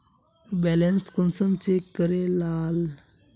Balance कुंसम check करे लाल?